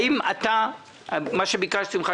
מה שביקשתי ממך,